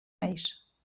remeis